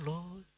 Lord